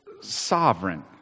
sovereign